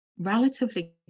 relatively